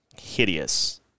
hideous